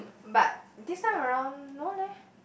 but this time around no leh